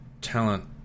talent